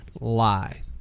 lie